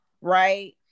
right